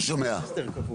אין הסדר קבוע.